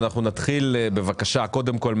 אנחנו נתחיל מהפירוט